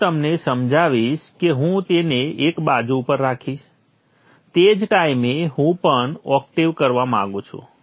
હું તમને સમજાવીશ કે હું તેને એક બાજુ ઉપર રાખીશ તે જ ટાઈમે હું પણ ઓક્ટેવ કરવા માંગુ છું